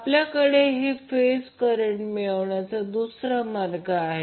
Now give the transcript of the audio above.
आपल्याकडे हे phase current मिळवण्याचा दुसरा मार्ग आहे